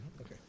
Okay